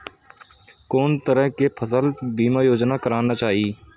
कोन तरह के फसल बीमा योजना कराना चाही?